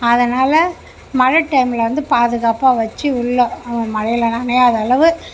அதனால் மழை டைமில் வந்து பாதுகாப்பாக வச்சு உள்ளே மழையில நனையாதளவு